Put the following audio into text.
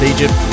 Egypt